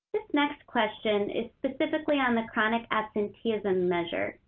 next question is specifically on the chronic absenteeism measure.